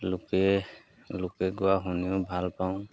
লোকে লোকে গোৱা শুনিও ভালপাওঁ